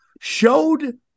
showed